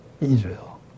Israel